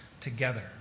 together